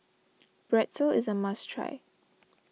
Pretzel is a must try